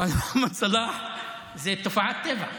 אבל מוחמד סלאח זו תופעת טבע.